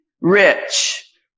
rich